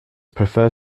prefer